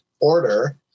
order